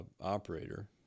operator